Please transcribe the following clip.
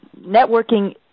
networking